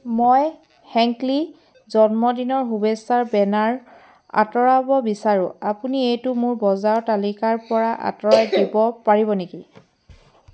মই হেংক্লী জন্মদিনৰ শুভেচ্ছাৰ বেনাৰ আঁতৰাব বিচাৰোঁ আপুনি এইটো মোৰ বজাৰৰ তালিকাৰ পৰা আঁতৰাই দিব পাৰিব নেকি